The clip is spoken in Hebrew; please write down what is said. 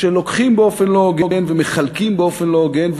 שלוקחים באופן לא הוגן ומחלקים באופן לא הוגן,